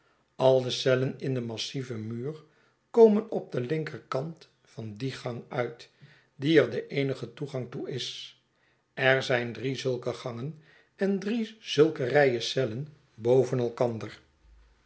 al de cellen in den massieven muur komen op den linkerkant van dien gang uit die er de eenige toegang toe is er zijn drie zulke gangen en drie zulke rijen cellen boven elkander